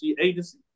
agency